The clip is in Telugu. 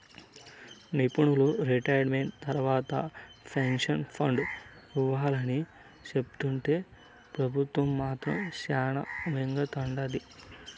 నిపునులు రిటైర్మెంట్ తర్వాత పెన్సన్ ఫండ్ ఇవ్వాలని సెప్తుంటే పెబుత్వం మాత్రం శానా మింగతండాది